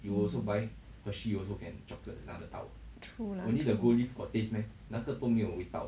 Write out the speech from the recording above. true lah true